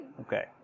Okay